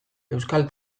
euskal